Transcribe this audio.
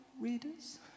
readers